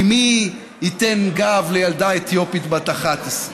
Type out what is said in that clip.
כי מי ייתן גב לילדה אתיופית בת 11?